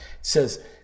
says